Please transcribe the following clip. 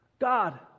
God